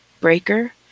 Breaker